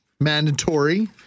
Mandatory